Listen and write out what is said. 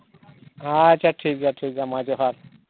ᱟᱪᱪᱷᱟ ᱴᱷᱤᱠᱜᱮᱭᱟ ᱴᱷᱤᱠᱜᱮᱭᱟ ᱢᱟ ᱡᱚᱸᱦᱟᱨ